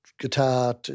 Guitar